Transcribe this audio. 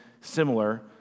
similar